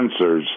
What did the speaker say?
sensors –